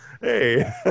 Hey